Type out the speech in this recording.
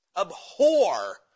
abhor